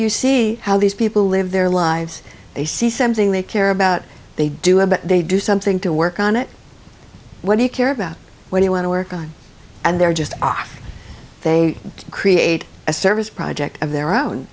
you see how these people live their lives they see something they care about they do a bit they do something to work on it what do you care about when you want to work on and they're just off they create a service project of their own